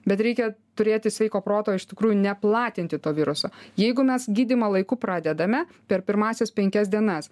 bet reikia turėti sveiko proto iš tikrųjų neplatinti to viruso jeigu mes gydymą laiku pradedame per pirmąsias penkias dienas